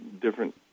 different